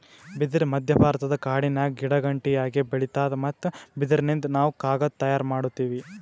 ಬಿದಿರ್ ಮಧ್ಯಭಾರತದ ಕಾಡಿನ್ಯಾಗ ಗಿಡಗಂಟಿಯಾಗಿ ಬೆಳಿತಾದ್ ಮತ್ತ್ ಬಿದಿರಿನಿಂದ್ ನಾವ್ ಕಾಗದ್ ತಯಾರ್ ಮಾಡತೀವಿ